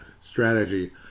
strategy